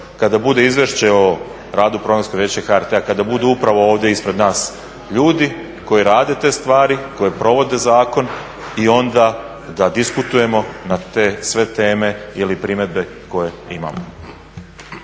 kada bude Izvješće o radu Programskog vijeća HRT-a kada budu upravo ovdje ispred nas ljudi koji rade te stvari, koji provode zakon i onda da diskutiramo na te sve teme ili primjedbe koje imamo.